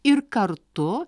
ir kartu